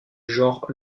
genre